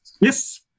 Yes